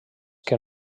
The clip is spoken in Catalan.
que